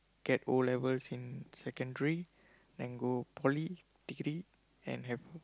get O-levels in secondary then go Poly degree and have